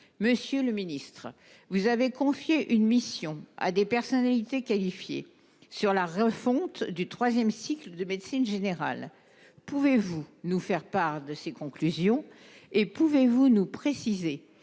Monsieur le ministre, vous avez confié à des personnalités qualifiées une mission sur la refonte du troisième cycle de médecine générale. Pouvez-vous nous faire part de leurs conclusions et nous préciser